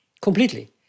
completely